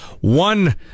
one